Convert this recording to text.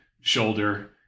shoulder